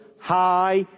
High